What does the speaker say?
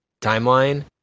timeline